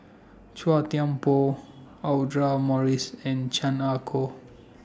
Chua Thian Poh Audra Morrice and Chan Ah Kow